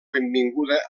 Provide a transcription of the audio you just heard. benvinguda